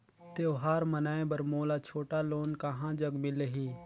त्योहार मनाए बर मोला छोटा लोन कहां जग मिलही?